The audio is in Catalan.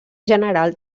general